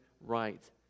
right